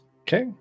Okay